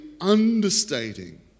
understating